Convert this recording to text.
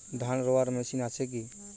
ধান রোয়ার মেশিন আছে কি?